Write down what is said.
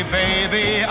baby